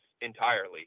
entirely